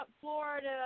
Florida